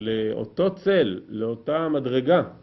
‫לאותו צל, לאותה מדרגה.